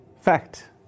fact